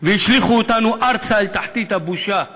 והשליכו אותנו ארצה, אל תחתית הבושה והשפל.